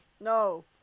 no